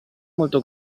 molto